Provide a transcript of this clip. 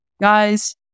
guys